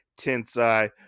Tensei